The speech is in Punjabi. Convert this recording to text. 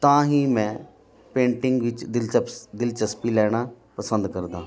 ਤਾਂ ਹੀ ਮੈਂ ਪੇਂਟਿੰਗ ਵਿੱਚ ਦਿਲਸਚਪ ਦਿਲਚਸਪੀ ਲੈਣਾ ਪਸੰਦ ਕਰਦਾ ਹਾਂ